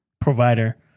provider